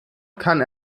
kann